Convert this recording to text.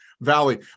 Valley